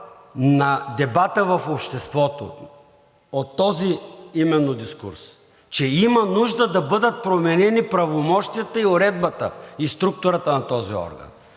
на дебата в обществото от този именно дискурс, че има нужда да бъдат променени правомощията, и уредбата, и структурата на този орган,